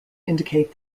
indicate